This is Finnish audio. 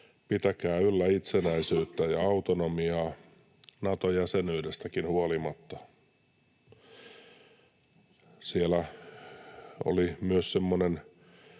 pitäkää yllä itsenäisyyttä ja autonomiaa Nato-jäsenyydestäkin huolimatta. Siellä oli myös semmoinen